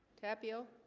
tapio